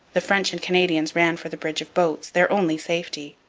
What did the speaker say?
the french and canadians ran for the bridge of boats, their only safety.